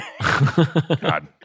God